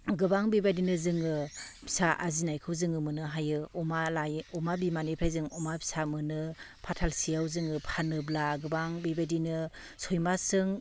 गोबां बेबायदिनो जोङो फिसा आजिनायखौ जोङो मोननो हायो अमा लायो अमा बिमानिफ्राय जोङो अमा फिसा मोनो फाथालसेयाव जोङो फानोब्ला गोबां बेबायदिनो सय मासजों